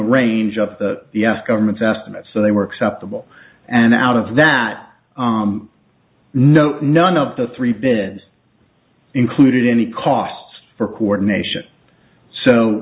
range of the s government's estimate so they were acceptable and out of that no none of the three bids included any costs for coordination so